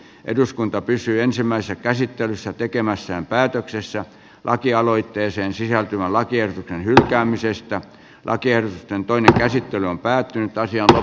eduskunta pesi ensimmäisen käsittelyssä tekemässään päätöksessä lakialoitteeseen sisältyvää lakien hylkäämisestä on kiertueen toinen käsittely on päättynyt ja